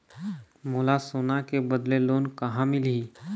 मोला सोना के बदले लोन कहां मिलही?